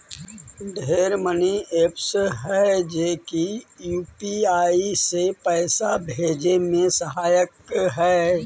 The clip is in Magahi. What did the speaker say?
ढेर मनी एपस हई जे की यू.पी.आई से पाइसा भेजे में सहायक हई